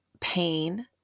pain